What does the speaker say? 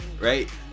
Right